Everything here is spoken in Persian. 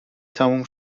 تموم